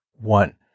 One